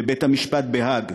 לבית-המשפט בהאג,